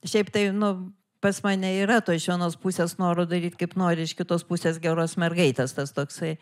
šiaip tai nu pas mane yra to iš vienos pusės noro daryt kaip nori iš kitos pusės geros mergaitės tas toksai